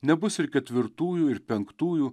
nebus ir ketvirtųjų ir penktųjų